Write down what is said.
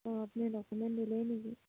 অঁ আপুনি ডকুমেণ্ট দিলেই নেকি